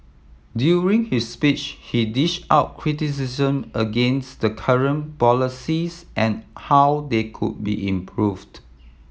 during his speech he dished out criticism against the current policies and how they could be improved